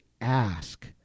ask